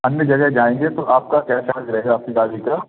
हम ये जगह जाएँगे तो आपका क्या चार्ज रहेगा आपकी गाड़ी का